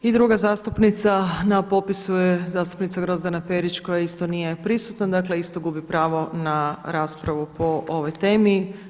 I druga zastupnica na popisu je zastupnica Grozdana Perić koja isto nije prisutna, dakle isto gubi pravo na raspravu po ovoj temi.